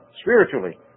spiritually